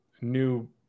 new